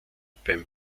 beim